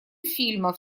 фильмов